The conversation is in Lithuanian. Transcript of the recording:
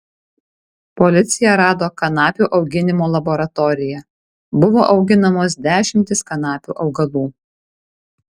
policija rado kanapių auginimo laboratoriją buvo auginamos dešimtys kanapių augalų